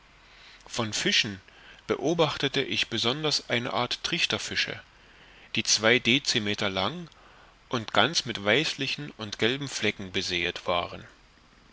von fischen beobachtete ich besonders eine art trichterfische die zwei decimeter lang und ganz mit weißlichen und gelben flecken besäet waren